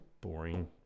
boring